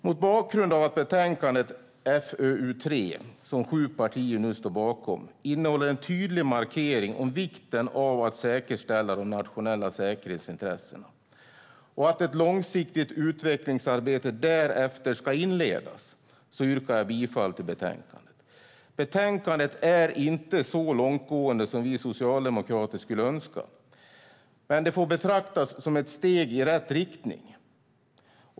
Mot bakgrund av att betänkandet FöU3 som sju partier nu står bakom innehåller en tydlig markering av vikten av att säkerställa de nationella säkerhetsintressena och att ett långsiktigt utvecklingsarbete därefter ska inledas yrkar jag bifall till förslaget i betänkandet. Betänkandet är inte så långtgående som vi socialdemokrater skulle önska men får betraktas som ett steg i rätt riktning.